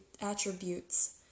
attributes